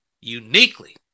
uniquely